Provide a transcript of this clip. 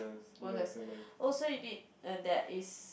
workers also you need there is